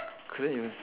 couldn't even